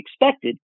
expected